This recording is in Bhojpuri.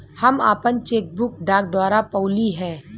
हम आपन चेक बुक डाक द्वारा पउली है